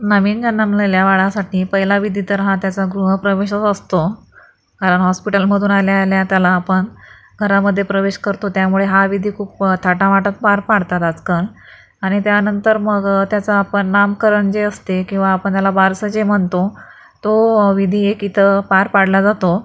नवीन जन्मलेल्या बाळासाठी पहिला विधी तर हा त्याचा गृहप्रवेशच असतो कारण हॉस्पिटलमधून आल्या आल्या त्याला आपण घरामध्ये प्रवेश करतो त्यामुळे हा विधी खूप थाटामाटात पार पाडतात आजकाल आणि त्यानंतर मग त्याचं आपण नामकरण जे असते किंवा आपण त्याला बारसं जे म्हणतो तो विधी एक इथं पार पाडला जातो